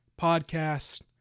podcast